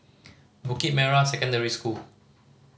Bukit Merah Secondary School